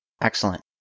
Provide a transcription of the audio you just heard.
Excellent